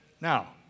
Now